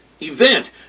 event